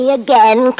again